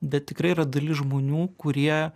bet tikrai yra dalis žmonių kurie